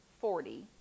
forty